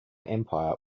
empire